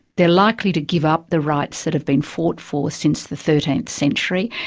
they're likely to give up the rights that have been fought for since the thirteenth century,